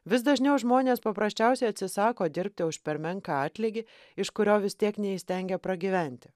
vis dažniau žmonės paprasčiausiai atsisako dirbti už per menką atlygį iš kurio vis tiek neįstengia pragyventi